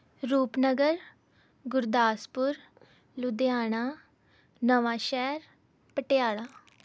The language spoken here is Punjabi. ਰੂਪਨਗਰ ਗੁਰਦਾਸਪੁਰ ਲੁਧਿਆਣਾ ਨਵਾਂ ਸ਼ਹਿਰ ਪਟਿਆਲਾ